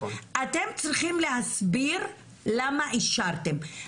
אתם צריכים להסביר למה אישרתם,